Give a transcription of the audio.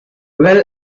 well